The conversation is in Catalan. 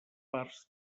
parts